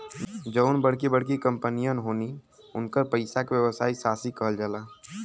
जउन बड़की बड़की कंपमीअन होलिन, उन्कर पइसा के व्यवसायी साशी कहल जाला